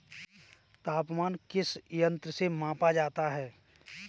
तापमान किस यंत्र से मापा जाता है?